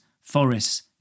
forests